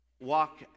Walk